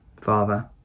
Father